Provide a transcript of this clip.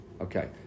Okay